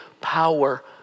power